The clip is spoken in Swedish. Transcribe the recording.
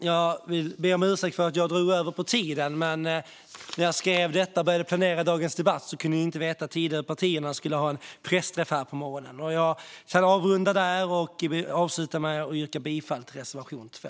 Jag vill be om ursäkt för att jag drog över min talartid, men när jag började planera dagens debatt och skrev mitt anförande kunde jag ju inte veta att Tidöpartierna skulle ha en pressträff på morgonen. Jag avslutar med att yrka bifall till reservation 2.